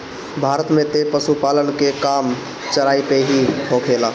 भारत में तअ पशुपालन के काम चराई पे ही होखेला